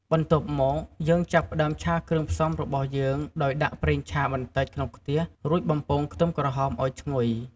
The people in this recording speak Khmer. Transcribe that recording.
បន្ទាប់មក យើងចាប់ផ្តើមឆាគ្រឿងផ្សំរបស់យើងដោយដាក់ប្រេងឆាបន្តិចក្នុងខ្ទះ រួចបំពងខ្ទឹមក្រហមឲ្យឈ្ងុយ។